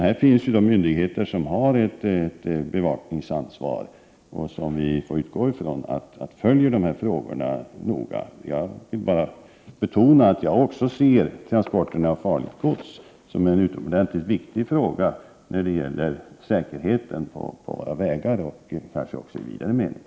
Här finns myndigheter som har ett bevakningsansvar och som vi får utgå från noga följer dessa frågor. Jag vill bara betona att också jag ser transporterna av farligt gods som en utomordentligt viktig fråga när det gäller säkerheten på våra vägar och kanske också i vidare mening.